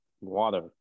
water